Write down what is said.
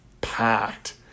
packed